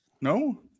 No